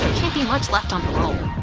can't be much left on the roll,